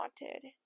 wanted